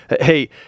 hey